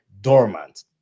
dormant